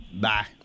Bye